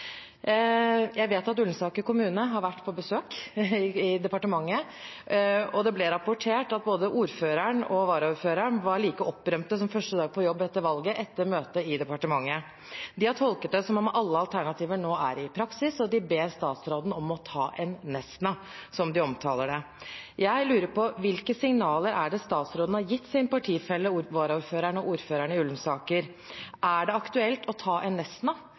Jeg vet at Ullensaker kommune har vært på besøk i departementet, og det ble rapportert at både ordføreren og varaordføreren var like opprømte etter møtet i departementet som på første dag på jobb etter valget. De har tolket det som om alle alternativer nå er i praksis, og de ber statsråden om å ta en Nesna – slik omtaler de det. Jeg lurer på hvilke signaler statsråden har gitt sine partifeller varaordføreren og ordføreren i Ullensaker. Er det aktuelt å ta en Nesna